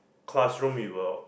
classroom we were